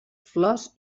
flors